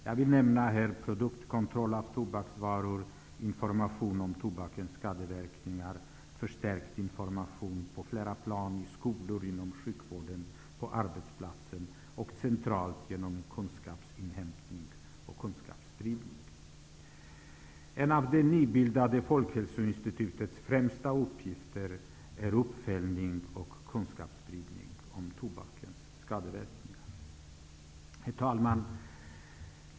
Jag vill här nämna produktkontroll av tobaksvaror, information om tobakens skadeverkningar, förstärkt information på flera plan; i skolor, inom sjukvården, på arbetsplatser och centralt genom kunskapsinhämtning och kunskapsspridning. En av det nybildade Folkhälsoinstitutets främsta uppgifter är uppföljning och kunskapsspridning om tobakens skadeverkningar. Herr talman!